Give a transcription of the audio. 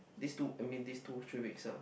this two I mean this two three weeks ah